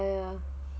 ya ya ya